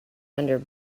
under